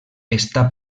està